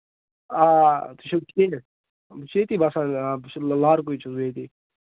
آ آ تُہۍ چھِو ٹھیٖک بہٕ چھُس ییٚتی بَسان لارکُے چھُس بہٕ ییٚتی